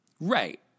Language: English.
Right